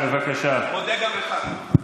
מודה גם לך.